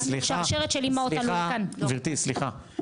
גברתי, סליחה.